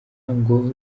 ngo